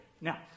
Now